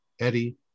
Eddie